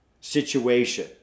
situation